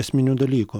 esminių dalykų